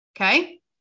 okay